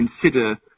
consider